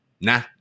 nah